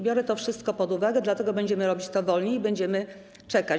Biorę to wszystko pod uwagę, dlatego będziemy robić to wolniej, będziemy czekać.